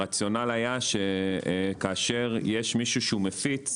הרציונל היה שכאשר יש מישהו שהוא מפיץ